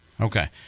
Okay